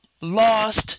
lost